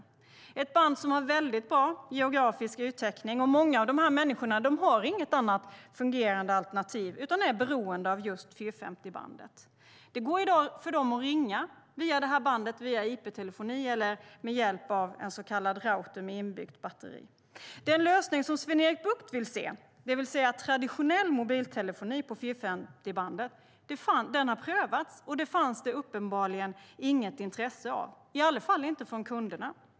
Det är ett band som har väldigt bra geografisk yttäckning. Många av de här människorna har inget annat fungerande alternativ utan är beroende av just 450-bandet. För dem går det i dag att ringa via det här bandet, via IP-telefoni eller med hjälp av en så kallad router med inbyggt batteri. Den lösning som Sven-Erik Bucht vill se, det vill säga traditionell mobiltelefoni på 450-bandet, har prövats. Det fanns uppenbarligen inget intresse av det, i alla fall inte från kunderna.